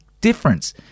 difference